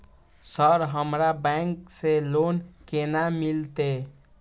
Sir हमरा bank से loan केना मिलते?